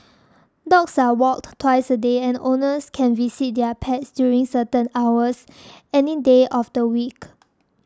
dogs are walked twice a day and owners can visit their pets during certain hours any day of the week